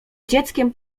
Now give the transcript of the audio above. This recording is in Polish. dzieckiem